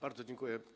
Bardzo dziękuję.